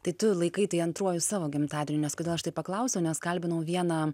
tai tu laikai tai antruoju savo gimtadienį nes kodėl aš taip paklausiau nes kalbinau vieną